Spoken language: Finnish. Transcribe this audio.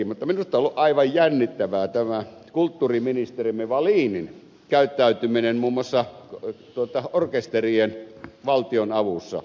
mutta minusta on ollut aivan jännittävää tämä kulttuuriministerimme wallinin käyttäytyminen muun muassa orkesterien valtionavussa